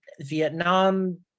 Vietnam